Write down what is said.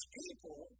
people